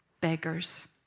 beggars